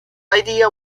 idea